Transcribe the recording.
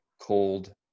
cold